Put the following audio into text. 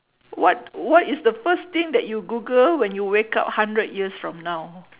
what what is the first thing that you google when you wake up hundred years from now